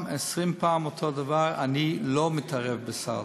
20 פעם אותו דבר: אני לא מתערב בסל.